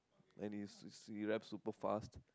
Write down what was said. and he's he raps super fast